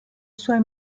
suoi